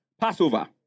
Passover